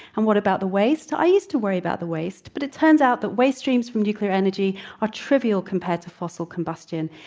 and what about the waste? i used to worry about the waste, but it turns out that waste streams from nuclear energy are trivial compared to fossil combustion.